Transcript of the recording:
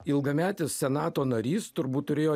ilgametis senato narys turbūt turėjo